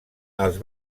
els